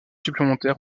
supplémentaires